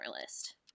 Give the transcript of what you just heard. list